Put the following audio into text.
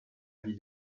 vie